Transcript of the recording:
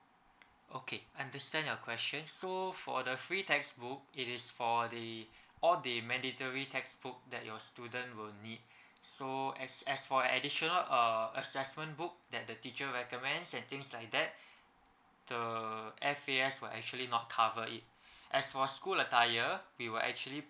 okay understand your question so for the free textbook it is for the all the mandatory textbook that your student will need so as as for additional uh assessment book that the teacher recommends and things like that the the F_A_S will actually not cover it as for school attire we will actually